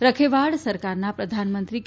રખેવાળ સરકારના પ્રધાનમંત્રી કે